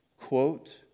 quote